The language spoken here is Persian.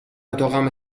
اتاقم